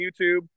YouTube